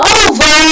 over